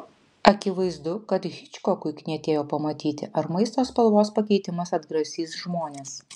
akivaizdu kad hičkokui knietėjo pamatyti ar maisto spalvos pakeitimas atgrasys žmones